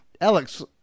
Alex